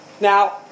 Now